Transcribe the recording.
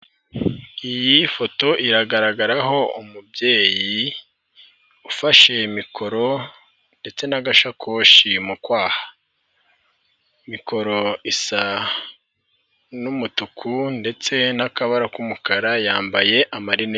Iyi foto iragaragaraho umubyeyi ufashe mikoro ndetse n'agasakoshi mu kwaha, mikoro isa n'umutuku ndetse n'akabara k'umukara yambaye amarinete.